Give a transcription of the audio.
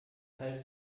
heißt